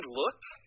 looked